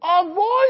Avoid